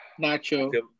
Nacho